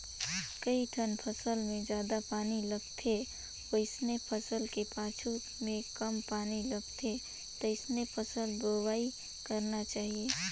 कइठन फसल मे जादा पानी लगथे वइसन फसल के पाछू में कम पानी लगथे तइसने फसल बोवाई करना चाहीये